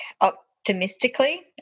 optimistically